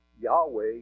Yahweh